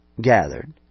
gathered